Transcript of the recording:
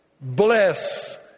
Bless